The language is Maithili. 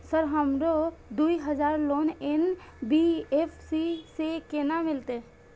सर हमरो दूय हजार लोन एन.बी.एफ.सी से केना मिलते?